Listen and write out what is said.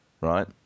right